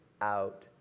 out